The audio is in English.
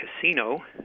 casino